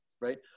right